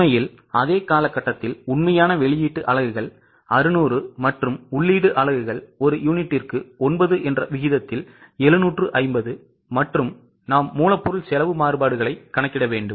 உண்மையில்அதே காலகட்டத்தில் உண்மையான வெளியீடு அலகுகள் 600 மற்றும் உள்ளீடு அலகுகள் ஒரு யூனிட்டுக்கு 9 என்ற விகிதத்தில் 750 மற்றும் நாம் மூலப்பொருள் செலவு மாறுபாடுகளை கணக்கிட வேண்டும்